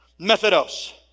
methodos